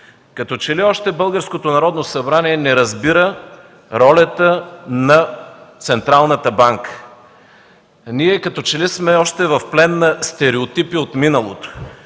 като че ли още не разбира ролята на Централната банка. Ние, като че ли сме още в плен на стереотипи от миналото.